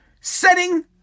Setting